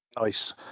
Nice